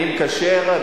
אני מקשר,